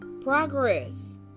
progress